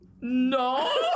no